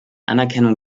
anerkennung